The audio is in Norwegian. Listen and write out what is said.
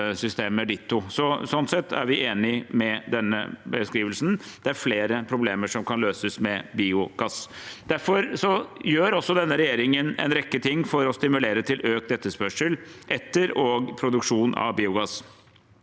Slik sett er vi enig i denne beskrivelsen. Det er flere problemer som kan løses med biogass. Derfor gjør denne regjeringen en rekke ting for å stimulere til økt etterspørsel etter og produksjon av biogass.